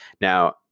Now